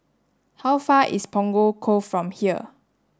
how far is Punggol Cove from here